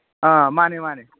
ꯑꯥ ꯃꯥꯅꯦ ꯃꯥꯅꯦ